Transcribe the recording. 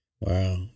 Wow